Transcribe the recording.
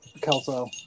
Kelso